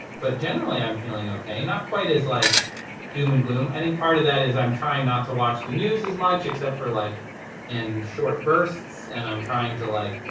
but generally, i'm feeling ok. not quite as like doom and gloom. i think part of that is, i'm trying not to watch the news as much except for like in short bursts. and i'm trying to like,